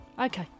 Okay